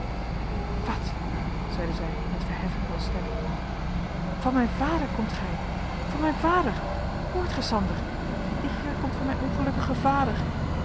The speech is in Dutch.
wat zeide zij met verheffing van stem van mijn vader komt gij van mijn vader hoort gij sander die heer komt van mijn ongelukkigen vader